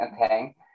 okay